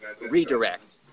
redirect